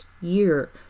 year